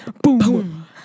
Boom